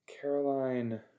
Caroline